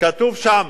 כתוב שם: